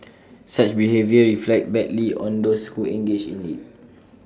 such behaviour reflects badly on those who engage in IT